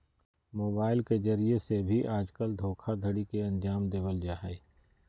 mobile के जरिये से भी आजकल धोखाधडी के अन्जाम देवल जा हय